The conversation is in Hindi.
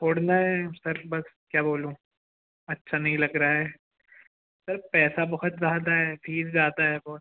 छोड़ना है सर बस क्या बोलूँ अच्छा नहीं लग रहा है सर पैसा बहुत ज़्यादा है फ़ीस ज़्यादा है बहुत